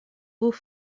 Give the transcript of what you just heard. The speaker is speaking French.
hauts